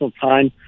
time